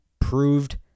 Proved